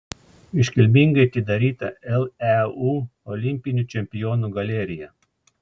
iškilmingai atidaryta leu olimpinių čempionų galerija